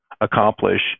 accomplish